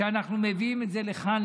ואנחנו מביאים את זה לכאן,